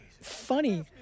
funny